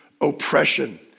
oppression